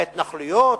להתנחלויות?